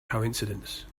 coincidence